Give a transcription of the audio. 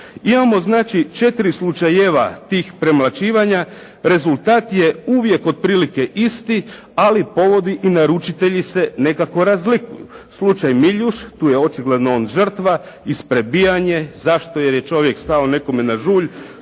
Imamo znači 4 slučajeva tih premlaćivanja, rezultat je uvije otprilike isti, ali povodi i naručitelji se nekako razlikuju. Slučaj Miljuš, tu je očigledno on žrtva. Isprebijan je. Zašto? Jer je čovjek stao nekome na žulj